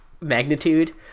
magnitude